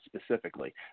specifically